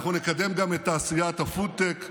אנחנו נקדם גם את תעשיית הפוד-טק,